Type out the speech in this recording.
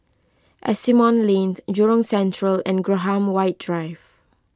Asimont Lane Jurong Central and Graham White Drive